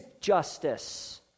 justice